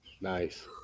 Nice